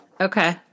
Okay